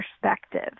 perspective